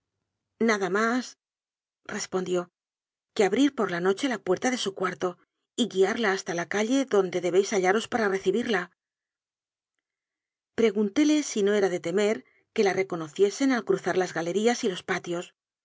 emplear nada másrespondióque abrir por la noche la puerta de su cuarto y guiarla hasta la de la calle donde debéis hallaros para recibirla pre guntóle si no era de temer que la reconociesen al ciuzar las galerías y los patios